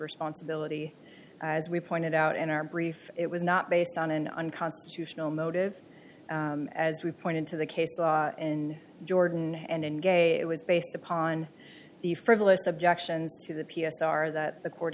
responsibility as we pointed out in our brief it was not based on an unconstitutional motive as we pointed to the case law in jordan and in gay it was based upon the frivolous objections to the p s r that the court